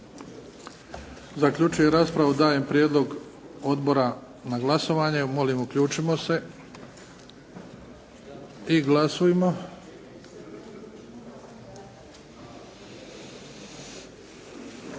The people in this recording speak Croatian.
Zaključujem raspravu. Dajem prijedlog odbora na glasovanje. Molim uključimo se i glasujmo.